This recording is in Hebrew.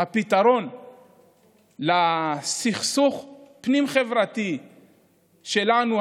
הפתרון לסכסוך הפנים-חברתי שלנו,